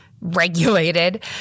regulated